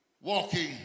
walking